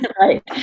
right